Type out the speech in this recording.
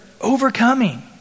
overcoming